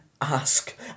Ask